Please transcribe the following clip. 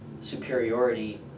superiority